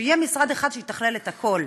שיהיה משרד אחד שיתכלל את הכול,